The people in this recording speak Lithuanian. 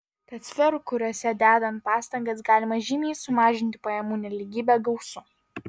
tad sferų kuriose dedant pastangas galima žymiai sumažinti pajamų nelygybę gausu